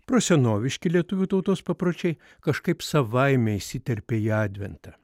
prosenoviški lietuvių tautos papročiai kažkaip savaime įsiterpė į adventą